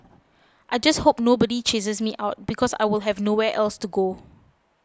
I just hope nobody chases me out because I will have nowhere else to go